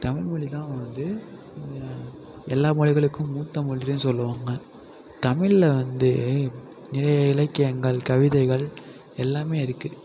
தமிழ் மொழி தான் வந்து எல்லா மொழிகளுக்கும் மூத்த மொழின்னு சொல்வாங்க தமிழில் வந்து நிறைய இலக்கியங்கள் கவிதைகள் எல்லாம் இருக்குது